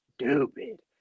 stupid